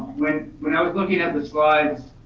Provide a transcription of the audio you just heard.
when when i was looking at the slides